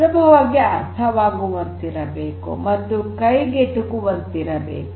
ಸುಲಭವಾಗಿ ಅರ್ಥವಾಗುವಂತಿರಬೇಕು ಮತ್ತು ಕೈಗೆಟುಕುವಂತಿರಬೇಕು